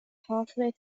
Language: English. halfway